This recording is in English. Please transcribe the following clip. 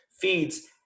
feeds